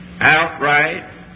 outright